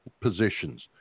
positions